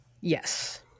yes